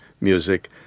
music